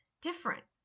different